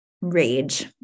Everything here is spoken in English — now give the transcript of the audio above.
rage